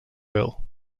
bill